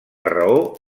raó